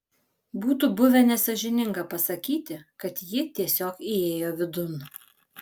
būtų buvę nesąžininga pasakyti kad ji tiesiog įėjo vidun